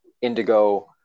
indigo